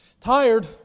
tired